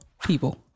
people